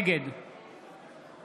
נגד